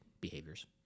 behaviors